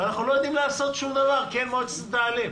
אנחנו לא יודעים לעשות שום דבר כי אין מועצת מנהלים.